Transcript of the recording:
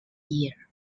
year